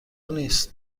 نیست